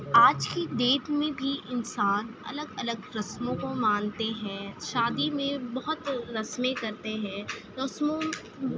آج کی ڈیٹ میں بھی انسان الگ الگ رسموں کو مانتے ہیں شادی میں بہت رسمیں کرتے ہیں رسموں